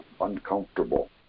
uncomfortable